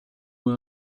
auch